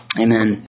Amen